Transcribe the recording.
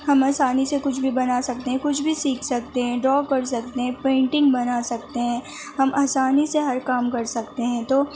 ہم آسانی سے کچھ بھی بنا سکتے ہیں کچھ بھی سیکھ سکتے ہیں ڈرا کر سکتے ہیں پینٹنگ بنا سکتے ہیں ہم آسانی سے ہر کام کر سکتے ہیں تو